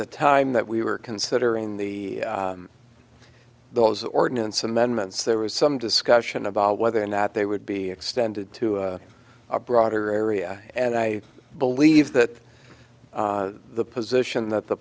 the time that we were considering the those ordnance amendments there was some discussion about whether or not they would be extended to a broader area and i believe that the position that the